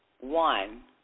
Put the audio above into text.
One